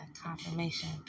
confirmation